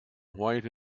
white